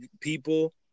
people